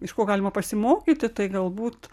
iš ko galima pasimokyti tai galbūt